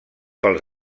pels